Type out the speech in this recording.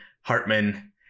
Hartman